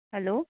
hello